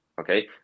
okay